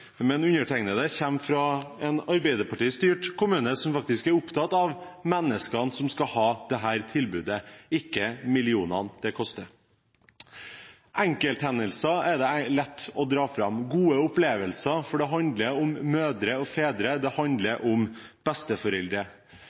men undertegnede kommer fra en Arbeiderparti-styrt kommune som faktisk er opptatt av menneskene som skal ha dette tilbudet, ikke millionene det koster. Det er lett å dra fram enkelthendelser, gode opplevelser, for det handler om mødre og fedre, det handler om